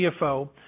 CFO